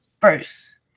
first